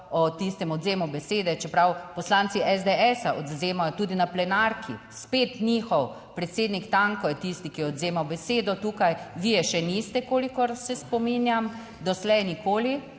o tistem odvzemu besede, čeprav poslanci SDS odvzemajo tudi na plenarki, spet njihov predsednik Tanko je tisti, ki je odvzemal besedo tukaj, vi je še niste, kolikor se spominjam, doslej nikoli.